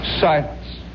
Silence